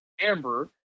amber